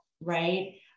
right